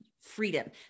freedom